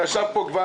לא צריך להגיד כך.